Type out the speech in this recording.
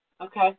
Okay